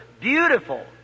beautiful